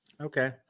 Okay